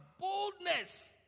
boldness